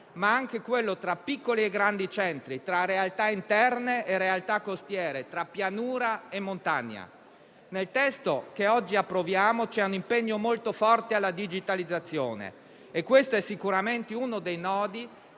ma anche come quello tra piccoli e grandi centri, tra realtà interne e costiere, tra pianura e montagna. Nel testo che oggi approviamo c'è un impegno molto forte alla digitalizzazione e questo è sicuramente uno dei nodi